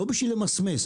לא בשביל למסמס,